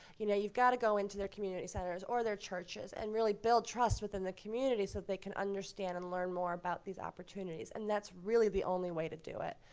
you know you've got to go into their community centers or their churches and really build trust within the community so that they can understand and learn more about these opportunities. and that's really the only way to do it.